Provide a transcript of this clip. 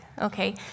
Okay